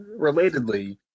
Relatedly